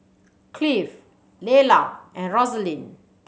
Clive Lelah and Rosaline